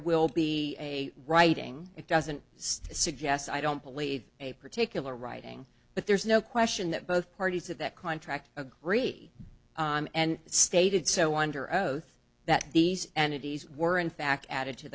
will be a writing it doesn't suggest i don't believe a particular writing but there's no question that both parties of that contract agree and stay did so under oath that these energies were in fact added to